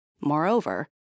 Moreover